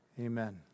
Amen